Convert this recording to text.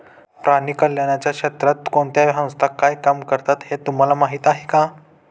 प्राणी कल्याणाच्या क्षेत्रात कोणत्या संस्था काय काम करतात हे तुम्हाला माहीत आहे का?